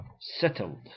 settled